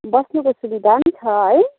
बस्नुको सुविधा पनि छ है